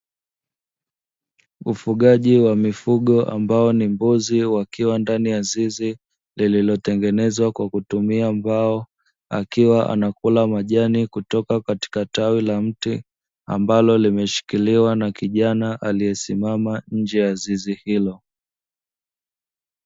Ufugaji wa mifugo ambao ni mbuzi wakiwa ndani ya zizi lililotengenezwa kwa kutumia mbao, akiwa anakula majani kutoka katika tawi la mti, ambalo limeshikiliwa na kijana aliyesimama nje ya zizi hilo.